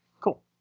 Cool